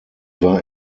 war